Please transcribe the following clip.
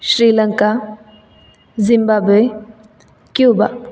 Sri Lanka Zimbabwe Cuba